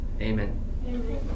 Amen